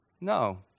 No